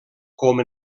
com